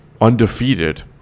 undefeated